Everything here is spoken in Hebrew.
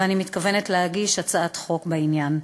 ואני מתכוונת להגיש הצעת חוק בעניין.